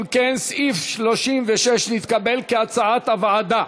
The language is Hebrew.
אם כן, סעיף 36 נתקבל, כהצעת הוועדה.